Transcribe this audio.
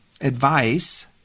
advice